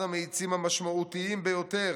אחד המאיצים המשמעותיים ביותר,